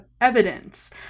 evidence